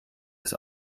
des